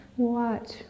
watch